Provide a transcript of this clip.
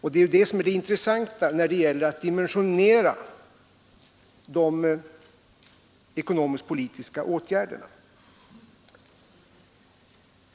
Och det är det som är det intressanta vid dimensioneringen av de ekonomisk-politiska åtgärderna.